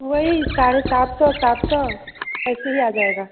वही साढ़े सात सौ सात सौ ऐसे ही आ जाएगा